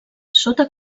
sota